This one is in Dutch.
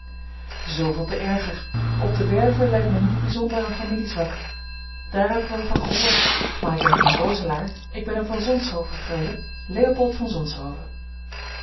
zooveel te erger op de werve lijdt men niet bijzonder aan familiezwak daar heb ik wel van gehoord maar ik ben geen roselaer ik ben een van zonshoven freule leopold van zonshoven